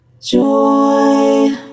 joy